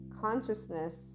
consciousness